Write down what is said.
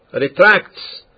retracts